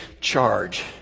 charge